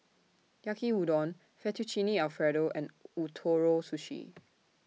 Yaki Udon Fettuccine Alfredo and Ootoro Sushi